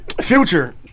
Future